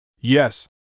Yes